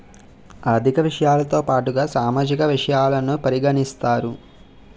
ఆర్థిక విషయాలతో పాటుగా సామాజిక విషయాలను పరిగణిస్తారు